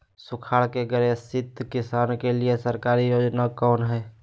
सुखाड़ से ग्रसित किसान के लिए सरकारी योजना कौन हय?